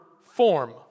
form